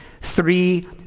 three